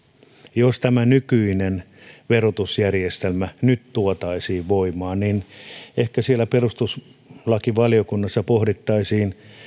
jos tämä nykyinen verotusjärjestelmä nyt tuotaisiin voimaan ehkä siellä perustuslakivaliokunnassa pohdittaisiin